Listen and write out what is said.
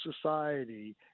society